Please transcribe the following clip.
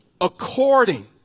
According